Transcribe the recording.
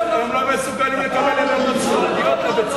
הם לא מסכימים לקבל את, לא, לא, לא.